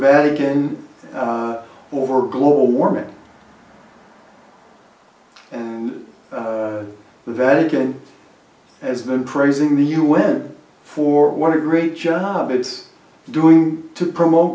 vatican over global warming and the vatican has been praising the un for what a great job it is doing to promote